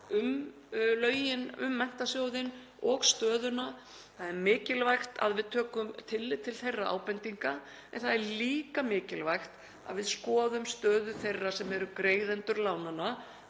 um Menntasjóðinn og stöðuna. Það er mikilvægt að við tökum tillit til þeirra ábendinga en það er líka mikilvægt að við skoðum stöðu þeirra sem eru greiðendur lánanna,